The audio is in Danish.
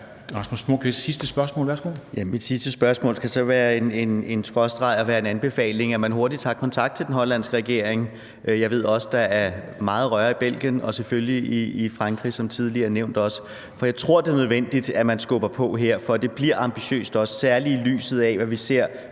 Rasmus Nordqvist (SF): Mit sidste spørgsmål skal så i stedet være en anbefaling om, at man hurtigt tager kontakt til den hollandske regering. Jeg ved også, at der er meget røre i Belgien og selvfølgelig i Frankrig som tidligere nævnt. For jeg tror, det er nødvendigt, at man skubber på her, for at det bliver ambitiøst, særligt i lyset af hvad vi ser